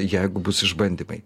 jeigu bus išbandymai